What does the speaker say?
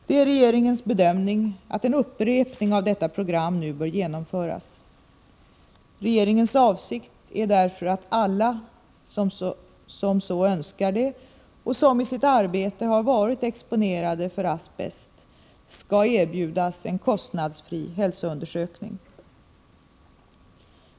Det är regeringens bedömning att en upprepning av detta program nu bör genomföras. Regeringens avsikt är därför att alla som så önskar och som i sitt arbete har varit exponerade för asbest skall erbjudas en kostnadsfri hälsoundersökning.